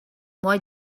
why